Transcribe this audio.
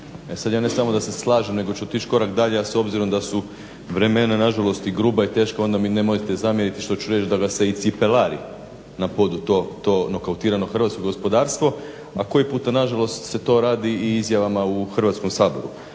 sad, ja ne samo da se slažem nego ću otići korak dalje, a s obzirom da su vremena na žalost i gruba i teška onda mi nemojte zamjeriti što su reć da vas se i cipelari na podu to nokautirano hrvatskog gospodarstvo, a koji puta nažalost se to radi i izjavama u Hrvatskom saboru.